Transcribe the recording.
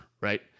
right